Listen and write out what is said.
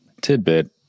tidbit